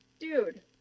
dude